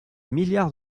milliards